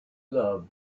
love